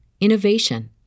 innovation